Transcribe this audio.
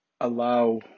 allow